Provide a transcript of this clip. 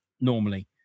normally